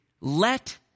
let